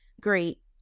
great